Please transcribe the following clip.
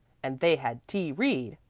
and they had t. reed!